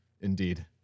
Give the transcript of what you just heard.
Indeed